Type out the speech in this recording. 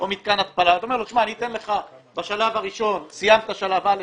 מתקן התפלה ואתה אומר לו שאחרי שהוא סיים שלב א',